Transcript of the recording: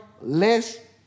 less